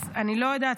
אז אני לא יודעת.